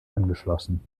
angeschlossen